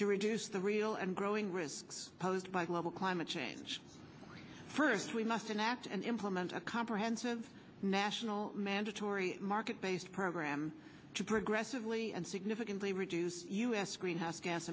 to reduce the real and growing risks posed by global climate change first we must enact and implement a comprehensive national mandatory market based program to progressive lee and significantly reduce u s greenhouse gas